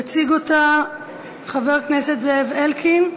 יציג אותה חבר הכנסת זאב אלקין.